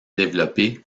développé